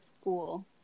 school